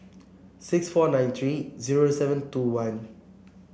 six four nine three zero seven two one